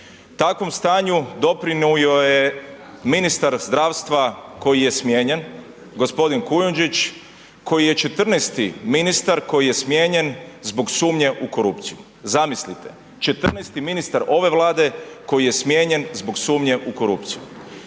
Takvom stanju doprinio je ministar zdravstva koji je smijenjen, gospodin Kujundžić, koji je 14 ministar koji je smijenjen zbog sumnje u korupciju. Zamislite, 14 ministar ove Vlade koji je smijenjen zbog sumnje u korupciju.